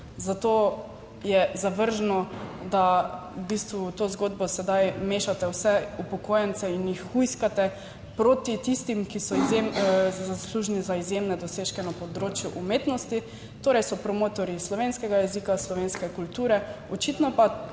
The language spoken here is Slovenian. Zato je zavržno, da v bistvu to zgodbo sedaj mešate vse upokojence in jih hujskate proti tistim, ki so zaslužni za izjemne dosežke na področju umetnosti, torej so promotorji slovenskega jezika, slovenske kulture. Očitno pa po